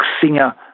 singer